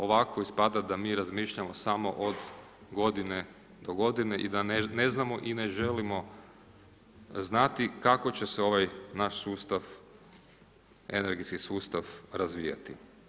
Ovako ispada da mi razmišljamo samo od godine do godine i da ne znamo i ne želimo znati kako će se ovaj naš sustav energetski sustav razvijati.